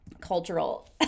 cultural